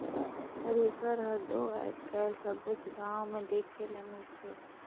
thresher हर दो आएज काएल सबेच गाँव मे देखे ले मिलथे